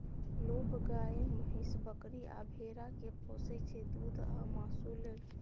लोक गाए, महीष, बकरी आ भेड़ा केँ पोसय छै दुध आ मासु लेल